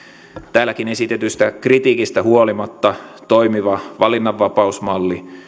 täälläkin esitetystä kritiikistä huolimatta toimiva valinnanvapausmalli